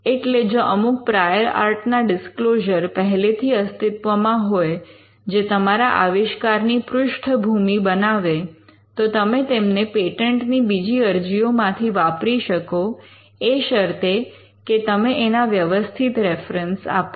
એટલે જો અમુક પ્રાયોર આર્ટ ના ડિસ્ક્લોઝર પહેલેથી અસ્તિત્વમાં હોય જે તમારા આવિષ્કારની પૃષ્ઠભૂમિ બનાવે તો તમે તેમને પેટન્ટ ની બીજી અરજીઓમાંથી વાપરી શકો એ શરતે કે તમે એના વ્યવસ્થિત રેફરન્સ આપો